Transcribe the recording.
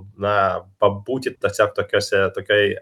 na pabūti tiesiog tokiose tokioj